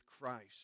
Christ